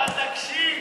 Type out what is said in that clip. אבל תקשיב,